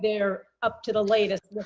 they're up to the latest?